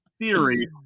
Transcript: theory